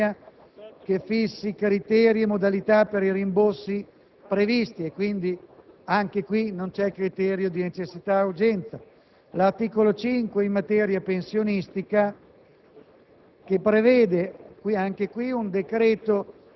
l'articolo 4 prevede un decreto del Ministro dell'economia che fissi criteri e modalità per i rimborsi previsti (quindi, anche qui non si intravedono i requisiti di necessità ed urgenza); l'articolo 5, in materia pensionistica,